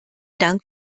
dank